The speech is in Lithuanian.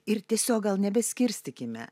ir tiesiog gal nebeskirstykime